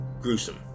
gruesome